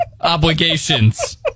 obligations